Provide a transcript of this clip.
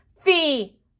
Fee